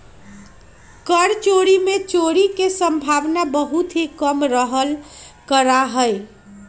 कर चोरी में चोरी के सम्भावना बहुत ही कम रहल करा हई